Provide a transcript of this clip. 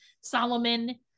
Solomon